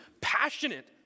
passionate